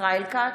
ישראל כץ,